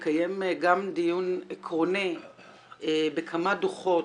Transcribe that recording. אנחנו מבקשים לקיים דיון עקרוני בכמה דוחות